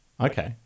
Okay